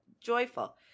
joyful